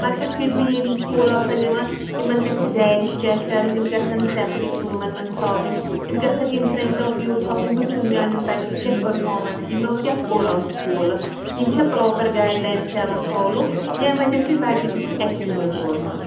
مگر پھر بہِ ییٚلہِ سکوٗل آسَن نِوان یِمَن گژھِ ڈایری چیک کَرٕنۍ یِم گژھن نہٕ سیٮ۪پریٹ روٗمَن منٛز تھاوٕنۍ یِم گژھن اِن فرٛنٛٹ آف یوٗ تھاوٕنۍ وچھُن میٛٲنِس بَچَس کیٛاہ پٔرفارمنس چھ یِمو کیٛاہ کوٚر آز سکوٗلہٕ یِم چھَ پرٛاپَر گایِڈ لاِینز کَران فالو ییٚمہِ وجہ سۭتۍ بَچہِ تہِ چھُ ایٚکٹِو حظ روزان